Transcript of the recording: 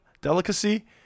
delicacy